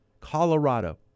Colorado